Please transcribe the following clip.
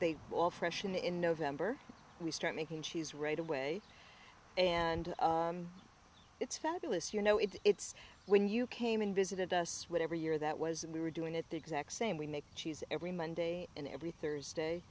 they all fresh and in november we start making cheese right away and it's fabulous you know it's when you came and visited us whatever year that was and we were doing it the exact same we make cheese every monday and every thursday